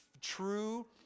true